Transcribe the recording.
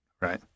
right